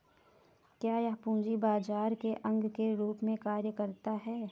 क्या यह पूंजी बाजार के अंग के रूप में कार्य करता है?